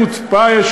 אל-אקצא לנא,